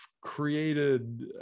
created